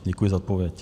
Děkuji za odpověď.